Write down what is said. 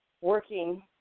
working